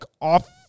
off